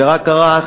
זה רק קרה,